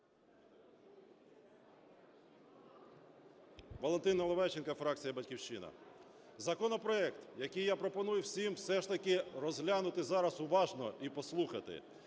Валентин Наливайченко, фракція "Батьківщина". Законопроект, який я пропоную всім все ж таки розглянути зараз уважно і послухати,